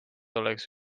oleks